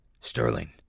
Sterling